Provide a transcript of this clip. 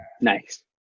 nice